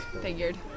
Figured